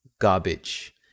garbage